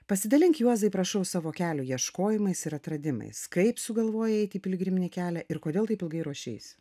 pasidalink juozai prašau savo kelio ieškojimais ir atradimais kaip sugalvojai eiti į piligriminį kelią ir kodėl taip ilgai ruošeisi